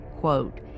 quote